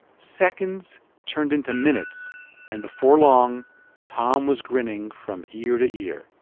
seconds turned into minutes and before long tom was grinning from ear to ear.